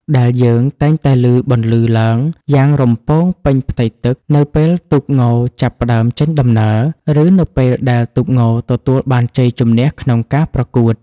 ដែលយើងតែងតែឮបន្លឺឡើងយ៉ាងរំពងពេញផ្ទៃទឹក នៅពេលទូកងចាប់ផ្តើមចេញដំណើរ ឬនៅពេលដែលទូកងទទួលបានជ័យជំនះក្នុងការប្រកួត។